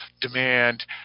demand